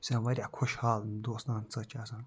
یہِ چھِ آسان واریاہ خوش حال دوستان سۭتۍ چھِ آسان